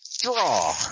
draw